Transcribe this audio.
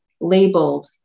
labeled